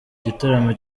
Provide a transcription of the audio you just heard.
gitaramo